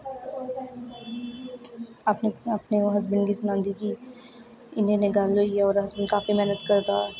अपने अपने हसबैंड गी सनांदी कि इ'यां इ'यां गल्ल होई ऐ ओह्दा हसबैंड काफी मैह्नत करदा